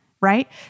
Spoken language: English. right